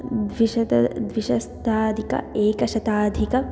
द्विशतं द्विशताधिक एकशताधिकम्